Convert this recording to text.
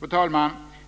Fru talman!